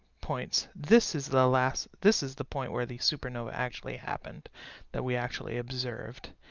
points this is the last this is the point where the supernova actually happened that we actually observed.